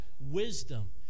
wisdom